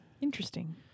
Interesting